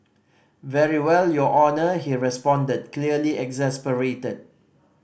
very well your Honour he responded clearly exasperated